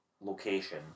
location